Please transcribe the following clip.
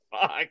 fuck